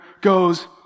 goes